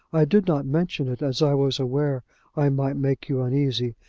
i did not mention it, as i was aware i might make you uneasy.